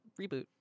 reboot